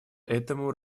этому